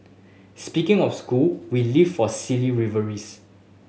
speaking of school we live for silly rivalries